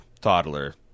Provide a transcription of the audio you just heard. toddler